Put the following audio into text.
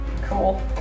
Cool